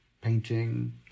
painting